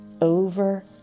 over